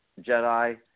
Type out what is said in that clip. Jedi